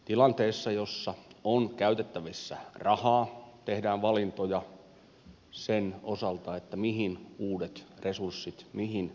tilanteessa jossa on käytettävissä rahaa tehdään valintoja sen osalta mihin uudet resurssit mihin eurot kohdennetaan